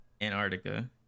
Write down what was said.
Antarctica